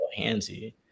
handsy